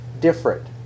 different